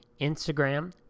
Instagram